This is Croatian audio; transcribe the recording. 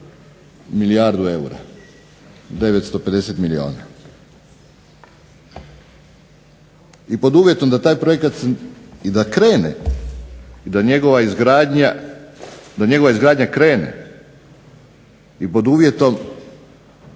milijardu eura, 950 milijuna. I pod uvjetom da taj projekat i da krene i da njegova izgradnja krene, i pod uvjetom